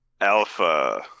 Alpha